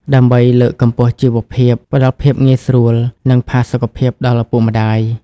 ដើម្បីលើកកម្ពស់ជីវភាព ផ្ដល់ភាពងាយស្រួល និងផាសុកភាពដល់ឪពុកម្ដាយ។